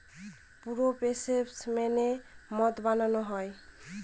পুরো প্রসেস মেনে মদ বানানো হয়